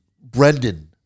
Brendan